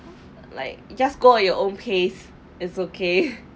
like just go at your own pace it's okay